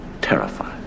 terrified